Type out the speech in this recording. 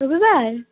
রবিবার